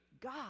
God